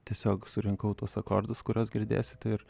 tiesiog surinkau tuos akordus kuriuos girdėsite ir